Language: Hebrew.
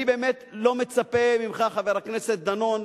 אני באמת לא מצפה ממך, חבר הכנסת דנון,